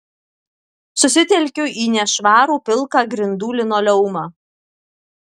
susitelkiu į nešvarų pilką grindų linoleumą